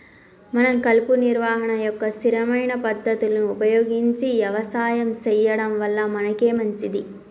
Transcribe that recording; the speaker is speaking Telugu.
మనం కలుపు నిర్వహణ యొక్క స్థిరమైన పద్ధతులు ఉపయోగించి యవసాయం సెయ్యడం వల్ల మనకే మంచింది